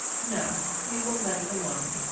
no. we will let it alone.